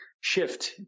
shift